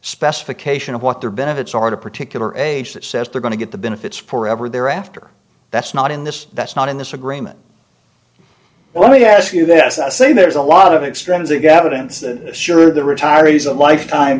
specification of what their benefits are at a particular age that says they're going to get the benefits for ever thereafter that's not in this that's not in this agreement well let me ask you this i assume there's a lot of extremism god and sure the retiree's a lifetime